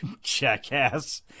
jackass